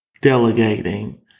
delegating